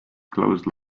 closed